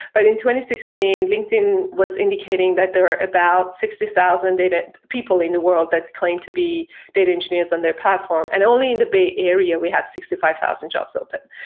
but in two thousand and sixteen, linkedin was indicating that there are about sixty thousand data people in the world that claim to be data engineers in their platform. and only in the bay area we had sixty five thousand jobs open.